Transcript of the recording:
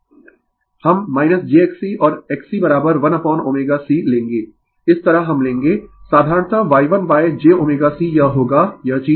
Refer slide Time 0212 हम jXC और XC1ωC लेंगें इस तरह हम लेंगें साधारणतः Y1jωC यह होगा यह चीज